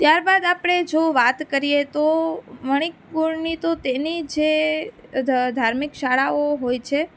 ત્યાર બાદ આપણે જો વાત કરીએ તો મણિક ગોળની તો તેની જે ધાર્મિક શાળાઓ હોય છે